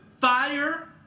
fire